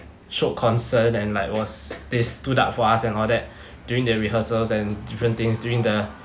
showed concern and like was they stood up for us and all that during their rehearsals and different things during the